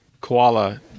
koala